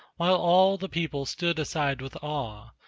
while all the people stood aside with awe,